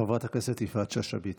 חברת הכנסת יפעת שאשא ביטון.